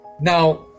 Now